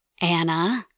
Anna